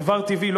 דבר טבעי.